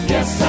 Yes